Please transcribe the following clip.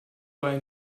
ein